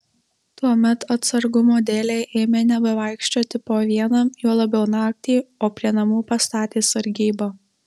tuomet atsargumo dėlei ėmė nebevaikščioti po vieną juo labiau naktį o prie namų pastatė sargybą